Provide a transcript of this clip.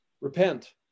Repent